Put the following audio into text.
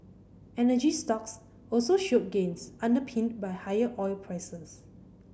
energy stocks also showed gains underpinned by higher oil prices